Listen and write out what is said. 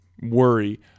worry